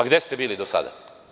Gde ste bili do sada?